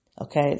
Okay